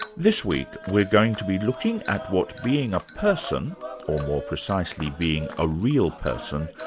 this week, we're going to be looking at what being a person or more precisely being a real person,